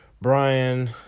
Brian